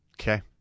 Okay